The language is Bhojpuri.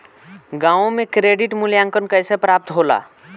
गांवों में क्रेडिट मूल्यांकन कैसे प्राप्त होला?